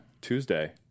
Tuesday